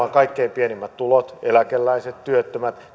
on kaikkein pienimmät tulot eläkeläiset työttömät